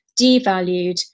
devalued